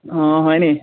অঁ হয়নি